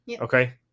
Okay